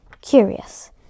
Curious